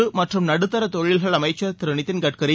குறு மற்றும் நடுத்தர தொழில்கள் அமைச்சர் திரு நிதின் கட்கரி